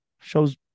shows